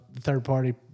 third-party